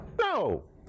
No